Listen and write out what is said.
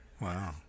wow